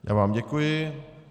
Já vám děkuji.